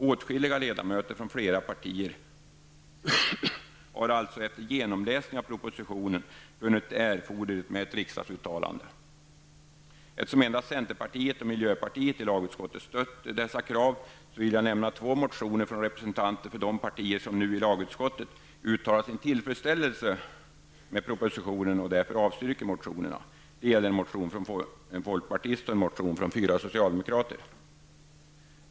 Åtskilliga ledamöter från flera partier har alltså efter genomläsning av propositionen funnit det erforderligt med ett riksdagsuttalande. Eftersom endast centerpartiet och miljöpartiet i lagutskottet stött dessa krav vill jag nämna två motioner från representanter för de partier som nu i lagutskottet uttalar sin tillfredsställelse med propositionen och därför avstyrker motionerna. Det gäller en motion från en folkpartist och en motion från fyra socialdemokrater.